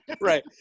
Right